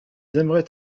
aimeraient